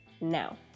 Now